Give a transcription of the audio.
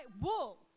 wool